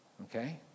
okay